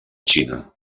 xina